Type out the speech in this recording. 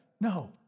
No